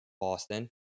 boston